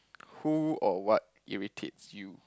who or what irritates you